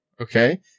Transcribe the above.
okay